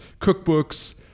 cookbooks